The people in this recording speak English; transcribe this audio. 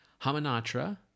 Hamanatra